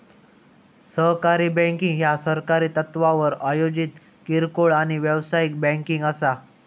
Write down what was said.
सहकारी बँकिंग ह्या सहकारी तत्त्वावर आयोजित किरकोळ आणि व्यावसायिक बँकिंग असा